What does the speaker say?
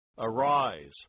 Arise